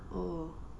oh